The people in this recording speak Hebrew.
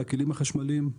לכלים החשמליים.